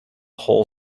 whole